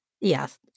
Yes